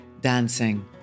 dancing